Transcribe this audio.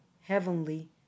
heavenly